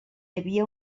havia